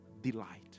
delight